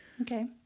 Okay